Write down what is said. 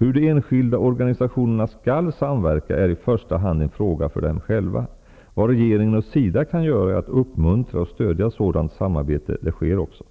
Hur de enskilda organisationerna skall samverka är i första hand en fråga för dem själva. Vad regeringen och SIDA kan göra är att uppmuntra och stödja sådant samarbete. Det sker också.